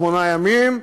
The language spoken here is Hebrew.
שמונה ימים,